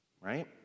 right